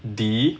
the